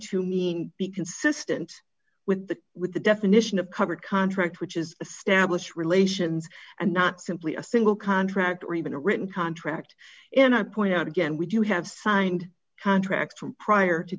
to mean because systems with the with the definition of covered contract which is establish relations and not simply a single contract or even a written contract and i point out again we do have signed contracts from prior to